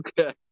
Okay